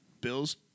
Bills